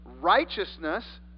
righteousness